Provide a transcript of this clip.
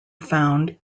found